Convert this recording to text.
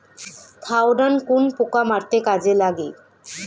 Thiodan কোন পোকা মারতে কাজে লাগে?